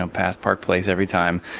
um pass park place every time.